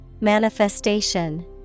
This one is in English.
Manifestation